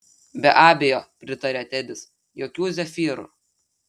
be abejo pritarė tedis jokių zefyrų